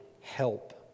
help